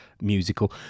musical